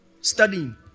Studying